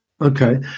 Okay